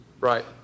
right